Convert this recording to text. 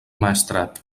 maestrat